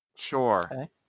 Sure